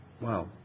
Wow